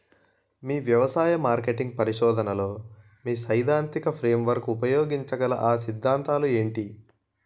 వ్యవసాయ మార్కెటింగ్ పరిశోధనలో మీ సైదాంతిక ఫ్రేమ్వర్క్ ఉపయోగించగల అ సిద్ధాంతాలు ఏంటి?